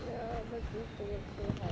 ya err